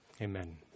Amen